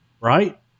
right